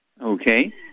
okay